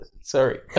Sorry